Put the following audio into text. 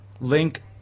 link